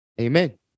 Amen